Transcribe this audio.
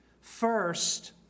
first